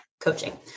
coaching